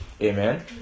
Amen